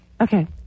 Okay